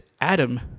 adam